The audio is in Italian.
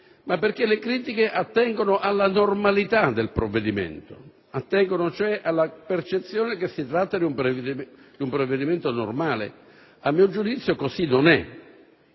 ma perché attengono alla normalità del provvedimento, cioè alla percezione che si tratta di un provvedimento normale. A mio giudizio così non è